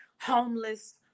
homeless